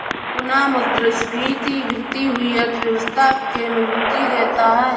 पुनःमुद्रस्फीति गिरती हुई अर्थव्यवस्था के मजबूती देता है